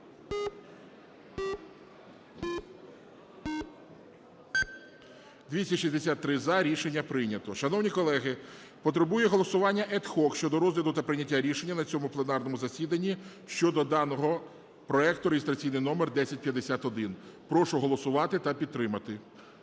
За-263 Рішення прийнято. Шановні колеги, потребує голосування ad hoc щодо розгляду та прийняття рішення на цьому пленарному засіданні щодо даного проекту реєстраційний номер 1051. Прошу голосувати та підтримати.